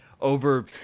over